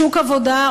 שוק עבודה,